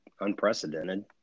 unprecedented